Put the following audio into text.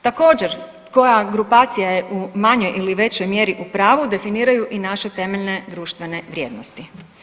Također koja grupacija je u manjoj ili većoj mjeri u pravu definiraju i naše temeljne društvene vrijednosti.